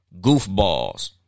goofballs